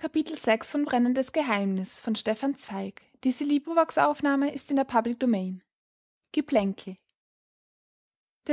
der